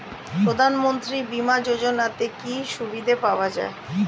প্রধানমন্ত্রী বিমা যোজনাতে কি কি সুবিধা পাওয়া যায়?